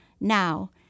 now